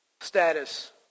Status